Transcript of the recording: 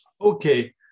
okay